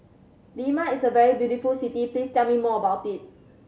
Lima is a very beautiful city please tell me more about it